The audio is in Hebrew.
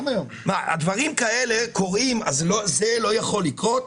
אם דברים כאלה קורים אז זה לא יכול לקרות?